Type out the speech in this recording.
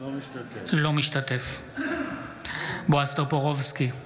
אינו משתתף בהצבעה בועז טופורובסקי,